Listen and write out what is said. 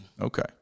Okay